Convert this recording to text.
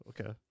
Okay